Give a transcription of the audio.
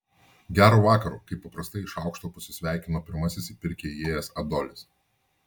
gero vakaro kaip paprastai iš aukšto pasisveikino pirmasis į pirkią įėjęs adolis